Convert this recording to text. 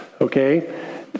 Okay